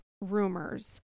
rumors